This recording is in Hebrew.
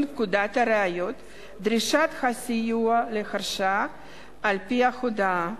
פקודת הראיות (דרישת הסיוע להרשעה על-פי הודאה),